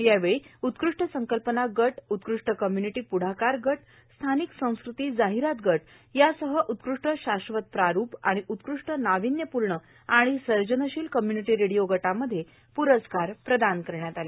यार्वेळी उत्कृश्ट संकल्पना गट उत्कृश्ट कम्युनीटी पुढाकार गट स्थानिक संस्कृती जाहीरात गट यासह उत्कृश्ट षाष्वत प्रारूप आणि उत्कृश्ट नाविन्यपूर्ण आणि सर्जनषील कम्युनीटी रेडिओ गटामध्ये हे पुरस्कार प्रदान करण्यात आले